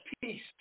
peace